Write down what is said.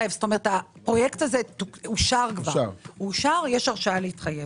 הפרויקט הזה אושר כבר ויש הרשאה להתחייב.